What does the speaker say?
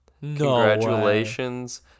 Congratulations